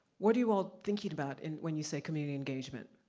what are you all thinking about, and when you say community engagement?